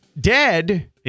dead